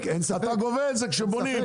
אתה גובה את זה כשבונים.